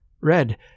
Red